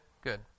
Good